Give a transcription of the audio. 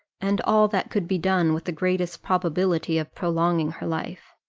and all that could be done, with the greatest probability of prolonging her life.